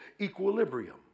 equilibrium